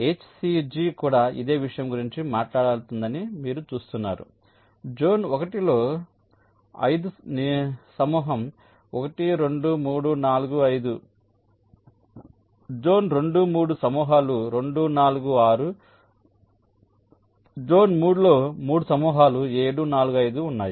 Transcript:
HCG కూడా ఇదే విషయం గురించి మాట్లాడుతుందని మీరు చూస్తున్నారు జోన్ 1 లో 5 సమూహం 1 2 3 4 5 జోన్ 2 3 సమూహాలు 2 4 6 జోన్ 3 లో 3 సమూహాలు 7 4 5 ఉన్నాయి